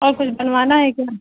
اور کچھ بنوانا ہے کیا